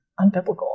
unbiblical